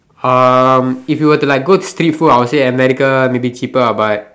um if you were to like go to street food I would say America maybe cheaper ah but